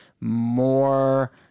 more